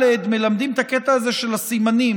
מלמדים את הקטע הזה של הסימנים,